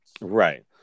Right